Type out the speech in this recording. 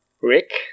Rick